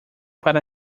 para